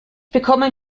bekommen